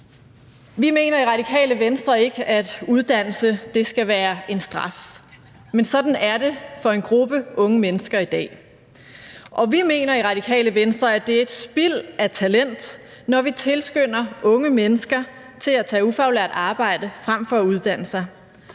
Vi mener i Radikale Venstre ikke, at uddannelse skal være en straf, men sådan er det for en gruppe unge mennesker i dag. Vi mener i Radikale Venstre, at det er et spild af talent, når vi tilskynder unge mennesker til at tage ufaglært arbejde frem for at uddanne sig.